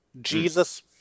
Jesus